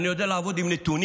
אני יודע לעבוד עם נתונים,